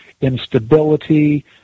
instability